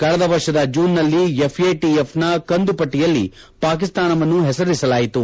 ಕಳೆದ ವರ್ಷದ ಜೂನ್ ನಲ್ಲಿ ಎಫ್ ಎ ಟಿ ಎಫ್ ನ ಕಂದು ಪಟ್ಟಿಯಲ್ಲಿ ಪಾಕಿಸ್ತಾನವನ್ನು ಹೆಸರಿಸಲಾಯಿತು